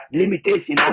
limitation